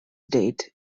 date